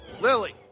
Lily